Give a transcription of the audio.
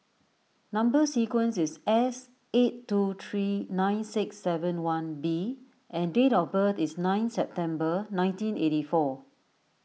Number Sequence is S eight two three nine six seven one B and date of birth is nine September nineteen eighty four